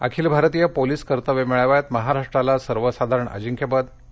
अखिल भारतीय पोलिस कर्तव्य मेळाव्यात महाराष्ट्राला सर्वसाधारण अजिंक्यपद आणि